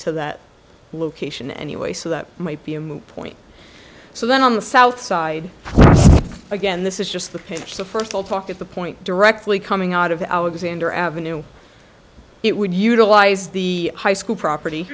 that location anyway so that might be a moot point so then on the south side again this is just the pitch the first i'll talk at the point directly coming out of alexander avenue it would utilize the high school property